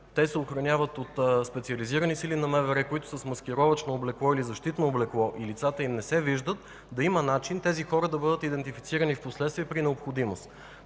те се охраняват от специализирани сили на МВР, които са в маскировъчно или защитно облекло и лицата им не се виждат, да има начин тези хора да бъдат идентифицирани впоследствие при необходимост.